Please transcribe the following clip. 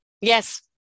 yes